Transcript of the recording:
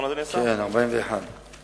ביום ז' בניסן התשס"ט (1 באפריל 2009):